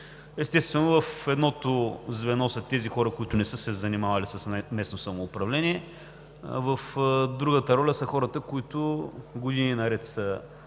Естествено, в едното звено са хората, които не са се занимавали с местно самоуправление. В другата роля са хората, които години наред са